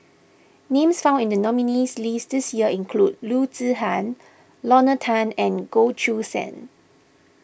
names found in the nominees' list this year include Loo Zihan Lorna Tan and Goh Choo San